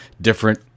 different